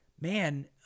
man